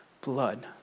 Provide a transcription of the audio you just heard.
blood